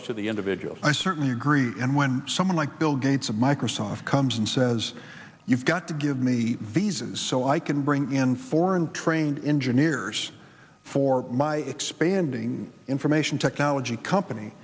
as to the individual and i certainly agree and when someone like bill gates of microsoft comes and says you've got to give me the visas so i can bring in foreign trained engineers for my expanding information technology company